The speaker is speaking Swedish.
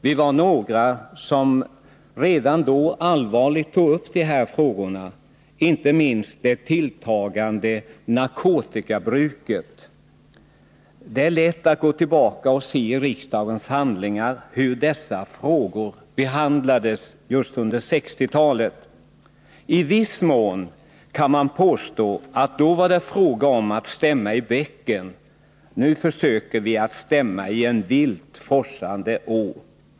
Vi var några som redan då allvarligt tog upp de här frågorna — inte minst problemet med det tilltagande narkotikabruket. Det är lätt att gå tillbaka och se i riksdagens handlingar hur dessa frågor behandlades just under 1960-talet. I viss mån kan man påstå att det då var fråga om att stämma i bäcken. Nu försöker vi att stämma i en vilt forsande å.